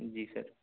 جی سر